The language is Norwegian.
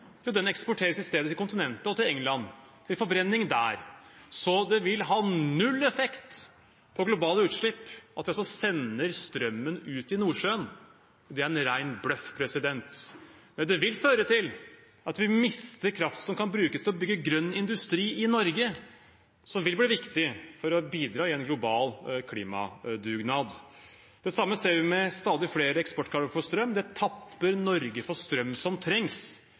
Jo, den eksporteres i stedet til kontinentet og til England til forbrenning der. Det vil ha null effekt på globale utslipp at vi sender strømmen ut til Nordsjøen. Det er en ren bløff. Det vil føre til at vi mister kraft som kan brukes til å bygge grønn industri i Norge, som vil bli viktig for å bidra i en global klimadugnad. Det samme ser vi med stadig flere eksportkabler for strøm. Det tapper Norge for strøm som trengs